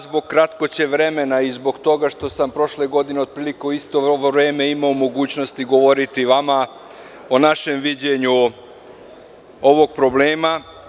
Zbog kratkoće vremena i zbog toga što sam prošle godine, u otprilike isto ovo vreme, imao mogućnost da govorim pred vama o našem viđenju ovog problema.